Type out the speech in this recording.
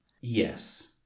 Yes